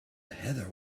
heather